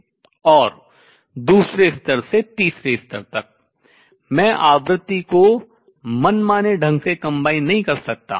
और दूसरे स्तर से तीसरे स्तर तक मैं आवृत्ति को मनमाने ढंग से combine संयोजित नहीं कर सकता